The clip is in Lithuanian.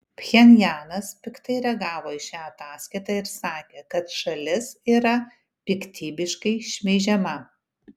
pchenjanas piktai reagavo į šią ataskaitą ir sakė kad šalis yra piktybiškai šmeižiama